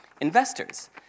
investors